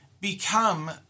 become